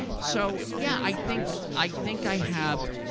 so, yeah, i think. i think i have.